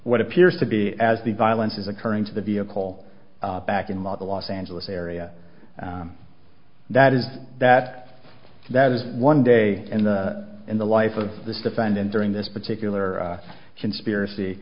what appears to be as the violence is occurring to the vehicle back in ma the los angeles area that is that that is one day in the in the life of this defendant during this particular conspiracy